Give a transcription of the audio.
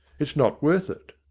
it's not worth it.